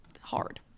hard